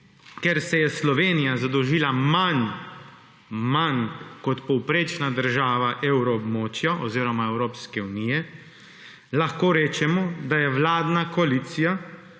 ker se je Slovenija zadolžila manj, manj kot povprečna država evroobmočja oziroma Evropske unije, lahko rečemo, da je vladna koalicija,